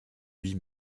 huit